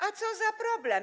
A co za problem?